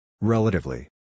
Relatively